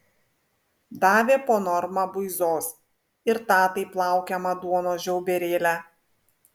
davė po normą buizos ir tą taip laukiamą duonos žiauberėlę